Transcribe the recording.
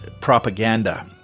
propaganda